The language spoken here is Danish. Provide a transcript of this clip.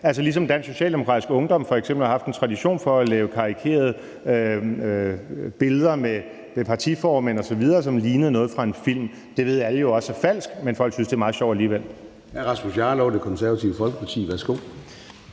altså ligesom Danmarks Socialdemokratiske Ungdom f.eks. har haft en tradition for at lave karikerede billeder med partiformænd osv., som lignede noget fra en film. Det ved alle jo også er falsk, men folk synes, det er meget sjovt alligevel.